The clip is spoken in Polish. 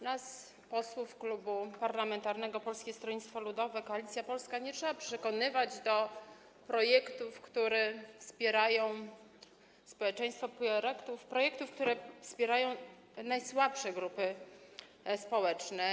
Nas, posłów Klubu Parlamentarnego Polskie Stronnictwo Ludowe - Koalicja Polska, nie trzeba przekonywać do projektów, które wspierają społeczeństwo, projektów, które wspierają najsłabsze grupy społeczne.